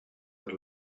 per